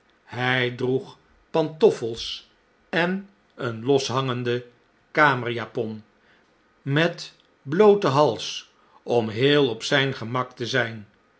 hp droeg pantoffels en eene loshangende kamerjapon met blooten bals om heel op zn'n gemak te zp